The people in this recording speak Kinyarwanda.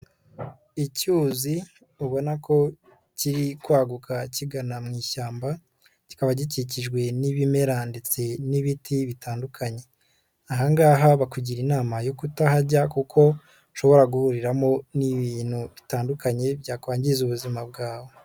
Icyuzi ubona ko kiri kwaguka kigana mu ishyamba kikaba gikikijwe n'ibimera ndetse n'ibiti bitandukanye, aha ngaha bakugira inama yo kutahajya kuko ushobora guhuriramo n'ibintu bitandukanye byakwangiza ubuzima bwawe.